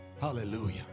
Hallelujah